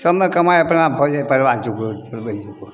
सभमे कमाइ अपना भऽ जाइ हइ परिवार जोकुर चलबै जोकुर